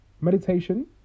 meditation